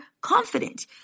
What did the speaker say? confident